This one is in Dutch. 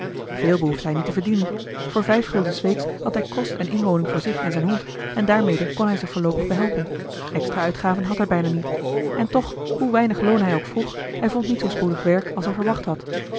veel behoefde hij eli heimans willem roda niet te verdienen voor vijf gulden s weeks had hij kost en inwoning voor zich en zijn hond en daarmede kon hij zich voorloopig behelpen extra uitgaven had hij bijna niet en toch hoe weinig loon hij ook vroeg hij vond niet zoo spoedig werk als hij verwacht had